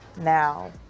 Now